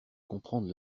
comprendre